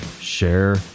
share